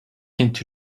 into